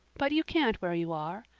but you can't where you are.